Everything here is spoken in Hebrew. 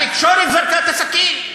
התקשורת זרקה את הסכין?